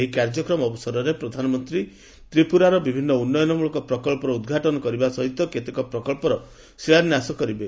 ଏହି କାର୍ଯ୍ୟକ୍ରମ ଅବସରରେ ପ୍ରଧାନମନ୍ତ୍ରୀ ତ୍ରିପୁରାର ବିଭିନ୍ନ ଉନ୍ନୟନ ପ୍ରକଳ୍ପ ଉଦ୍ଘାଟନ କରିବା ସହିତ କେତେକ ପ୍ରକଳ୍ପର ଶିଳାନ୍ୟାସ କରିବେ